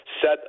set